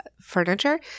furniture